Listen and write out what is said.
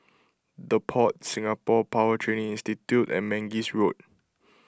the Pod Singapore Power Training Institute and Mangis Road